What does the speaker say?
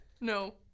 No